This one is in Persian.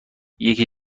یکی